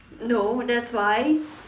no that's why